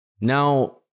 Now